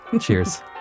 Cheers